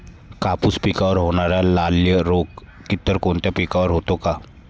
कापूस पिकावर होणारा लाल्या रोग इतर कोणत्या पिकावर होतो?